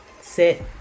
sit